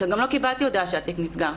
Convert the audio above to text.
גם לא קיבלתי הודעה שהתיק נסגר.